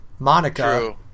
monica